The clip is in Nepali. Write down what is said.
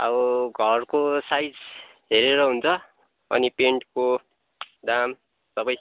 अब घरको साइज हेरेर हुन्छ अनि पेन्टको दाम सबै